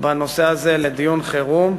בנושא הזה לדיון חירום.